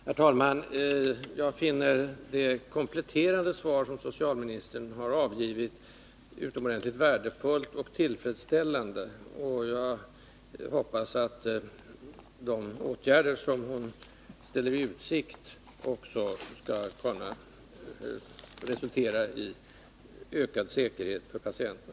Herr talman! Jag finner det kompletterande svaret som socialministern har avgivit utomordentligt värdefullt och tillfredsställande. Jag hoppas att de åtgärder som hon ställer i utsikt också skall kunna resultera i ökad säkerhet för patienten.